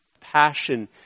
passion